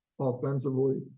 offensively